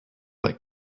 that